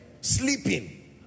sleeping